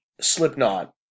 Slipknot